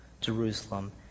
Jerusalem